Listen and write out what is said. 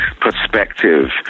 perspective